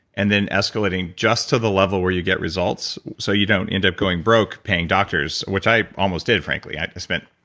and then escalating just to the level where you get results, so you don't end up going broke paying doctors, which i almost did frankly. i spent,